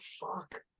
fuck